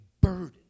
burden